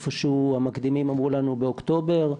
המקדימים אמרו לנו באוקטובר,